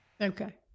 Okay